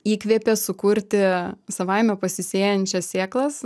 įkvėpė sukurti savaime pasisėjančias sėklas